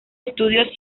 estudios